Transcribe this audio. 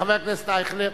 חבר הכנסת אייכלר.